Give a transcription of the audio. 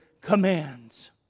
commands